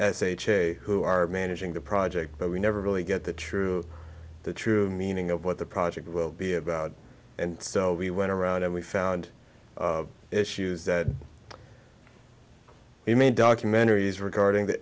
sh who are managing the project but we never really get the true the true meaning of what the project will be about and so we went around and we found issues that i mean documentaries regarding the